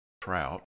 trout